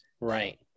Right